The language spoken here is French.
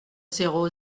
zéro